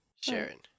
Sharon